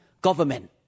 government